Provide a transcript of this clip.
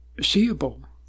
seeable